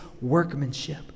workmanship